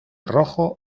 rojo